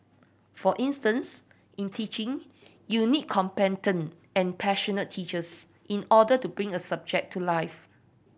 for instance in teaching you need competent and passionate teachers in order to bring a subject to life